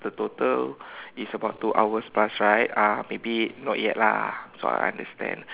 the total is about two hours plus right ah maybe not yet lah so I understand